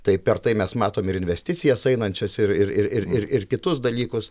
tai per tai mes matom ir investicijas einančias ir ir ir ir ir ir kitus dalykus